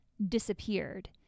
Disappeared